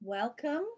Welcome